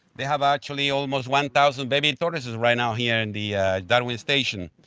they have actually almost one thousand baby tortoises right now here in the darwin station.